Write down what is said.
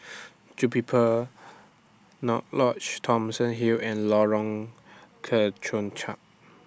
Jupiper Lodge Thomson Hill and Lorong Kemunchup